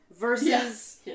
versus